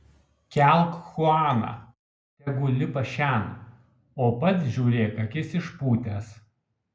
kelk chuaną tegu lipa šen o pats žiūrėk akis išpūtęs